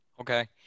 Okay